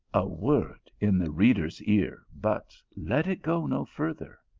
a word in the reader s ear, but let it go no further,